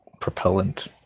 propellant